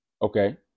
Okay